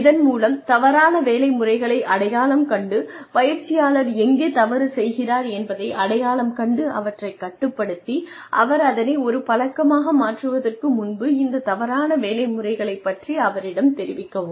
இதன் மூலம் தவறான வேலை முறைகளை அடையாளம் கண்டு பயிற்சியாளர் எங்கே தவறு செய்கிறார் என்பதை அடையாளம் கண்டு அவற்றைக் கட்டுப்படுத்தி அவர் அதனை ஒரு பழக்கமாக மாற்றுவதற்கு முன்பு இந்த தவறான வேலை முறைகளைப் பற்றி அவரிடம் தெரிவிக்கவும்